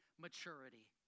maturity